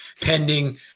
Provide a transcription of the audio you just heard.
pending